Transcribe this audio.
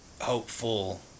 hopeful